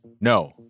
no